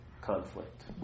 conflict